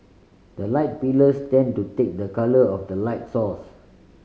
the light pillars tend to take the colour of the light source